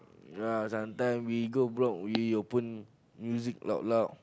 yeah sometimes we go block we open music loud loud